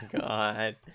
god